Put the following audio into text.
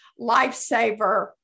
lifesaver